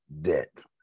debt